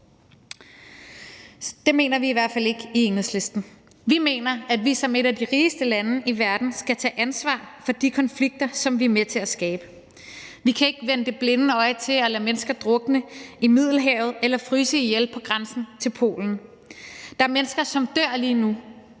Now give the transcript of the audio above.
Det mener vi i hvert fald ikke i Enhedslisten man kan. Vi mener, at vi som et af de rigeste lande i verden skal tage ansvar for de konflikter, som vi er med til at skabe. Vi kan ikke vende det blinde øje til og lade mennesker drukne i Middelhavet eller fryse ihjel på grænsen til Polen. Der er mennesker, som lige nu